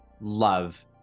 love